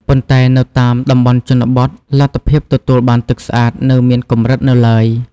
ប៉ុន្តែនៅតាមតំបន់ជនបទ លទ្ធភាពទទួលបានទឹកស្អាតនៅមានកម្រិតនៅឡើយ។